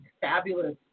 fabulous